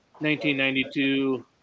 1992